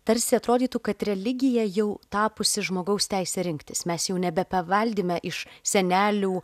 tarsi atrodytų kad religija jau tapusi žmogaus teise rinktis mes jau nebepaveldime iš senelių